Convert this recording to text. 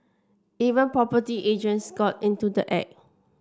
even property agents got into the act